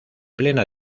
plena